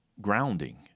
grounding